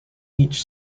each